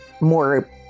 more